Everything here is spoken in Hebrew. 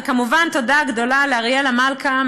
וכמובן תודה גדולה לאריאלה מלכה,